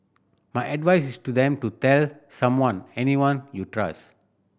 my advice is to them to tell someone anyone you trust